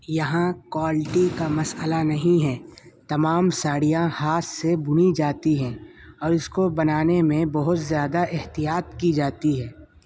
یہاں کوالٹی کا مسئلہ نہیں ہے تمام ساڑیاں ہاتھ سے بنی جاتی ہیں اور اس کو بنانے میں بہت زیادہ احتیاط کی جاتی ہے